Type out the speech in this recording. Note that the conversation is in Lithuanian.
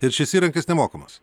ir šis įrankis nemokamas